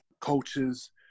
coaches